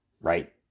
right